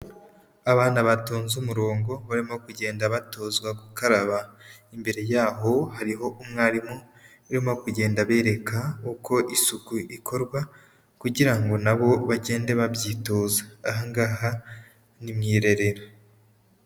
Abana batonze umurongo barimo kugenda batozwa gukaraba, imbere yaho hariho umwarimu urimo kugenda abereka uko isuku ikorwa kugira ngo na bo bagende babyitoza. Aha ngaha ni mu irerero.